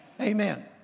Amen